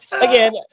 again